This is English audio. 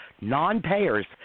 non-payers